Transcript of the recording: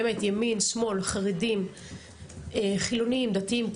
ימין שמאל חרדים חילונים דתיים,